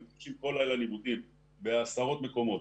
וכל לילה יש ניווטים בעשרות מקומות,